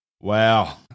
Wow